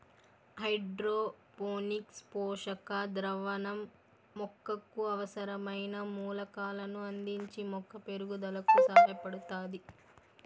hydroponics పోషక ద్రావణం మొక్కకు అవసరమైన మూలకాలను అందించి మొక్క పెరుగుదలకు సహాయపడుతాది